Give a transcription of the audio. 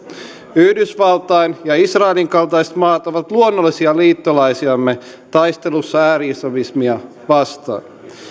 yhdysvaltain ja israelin kaltaiset maat ovat luonnollisia liittolaisiamme taistelussa ääri islamismia vastaan